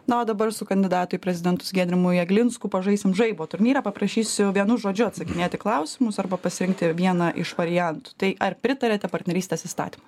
na o dabar su kandidatu į prezidentus giedrimu jeglinsku pažaisim žaibo turnyrą paprašysiu vienu žodžiu atsakinėt į klausimus arba pasirinkti vieną iš variantų tai ar pritariate partnerystės įstatymui